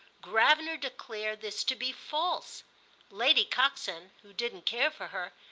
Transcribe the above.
gravener declared this to be false lady coxon, who didn't care for her,